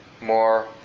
more